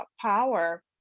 power